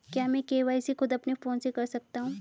क्या मैं के.वाई.सी खुद अपने फोन से कर सकता हूँ?